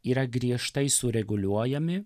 yra griežtai sureguliuojami